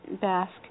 basque